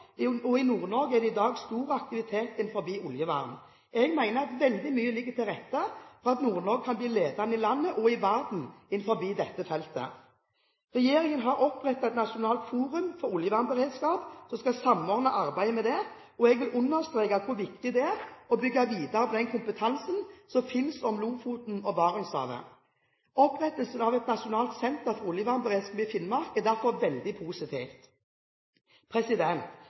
siste årene. I Nord-Norge er det i dag stor aktivitet innen oljevern. Jeg mener at veldig mye ligger til rette for at Nord-Norge kan bli ledende i landet, og i verden, innenfor dette feltet. Regjeringen har opprettet et nasjonalt forum for oljevernberedskap, som skal samordne arbeidet med det. Jeg vil understreke hvor viktig det er å bygge videre på den kompetansen som finnes om Lofoten og Barentshavet. Opprettelsen av et nasjonalt senter for oljevernberedskap i Finnmark er derfor veldig